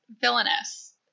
villainous